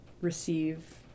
receive